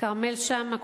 כרמל שאמה,